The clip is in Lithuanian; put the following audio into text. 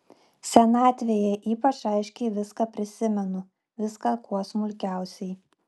senatvėje ypač aiškiai viską prisimenu viską kuo smulkiausiai